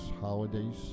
holidays